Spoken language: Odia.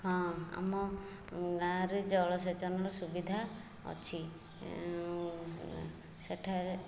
ହଁ ଆମ ଗାଁରେ ଜଳସେଚନର ସୁବିଧା ଅଛି ସେଠାରେ